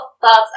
thoughts